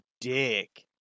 dick